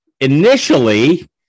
initially